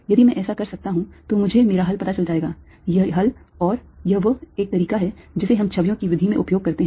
यदि मैं ऐसा कर सकता हूं तो मुझे मेरा हल पता चल जायेगा ये हल और यह वह एक तरीका है जिसे हम छवियों की विधि में उपयोग करते हैं